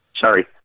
Sorry